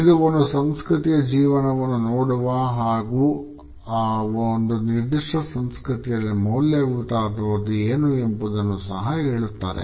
ಇದು ಒಂದು ಸಂಸ್ಕೃತಿಯು ಜೀವನವನ್ನು ನೋಡುವ ಬಗೆ ಹಾಗೂ ಒಂದು ನಿರ್ದಿಷ್ಟ ಸಂಸ್ಕೃತಿಯಲ್ಲಿ ಮೌಲ್ಯಯುತವಾದುದು ಏನು ಎಂಬುದನ್ನು ಸಹ ಹೇಳುತ್ತದೆ